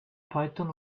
python